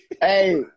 Hey